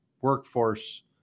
workforce